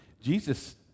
Jesus